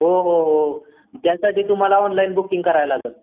हो हो हो त्यासाठी तुम्हाला ऑनलाईन बुकिंग करायला लागंल